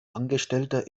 angestellter